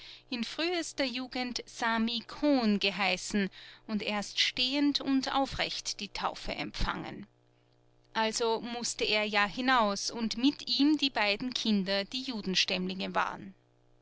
in frühester jugend sami cohn geheißen und erst stehend und aufrecht die taufe empfangen also mußte er ja hinaus und mit ihm die beiden kinder die judenstämmlinge waren